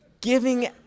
giving